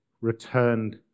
returned